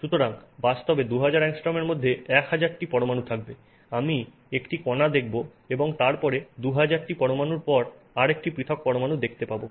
সুতরাং বাস্তবে 2000 অ্যাংস্ট্রোমের মধ্যে 1000 টি পরমাণু থাকবে আমি একটি কণা দেখব এবং তারপর আবার 2000 টি পরমাণুর পর একটি পৃথক পরমাণু দেখতে পাবো